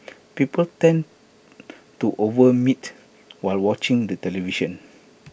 people tend to over meat while watching the television